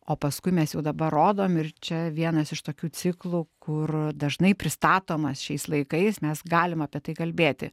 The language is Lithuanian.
o paskui mes jau dabar rodom ir čia vienas iš tokių ciklų kur dažnai pristatomas šiais laikais mes galim apie tai kalbėti